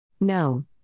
No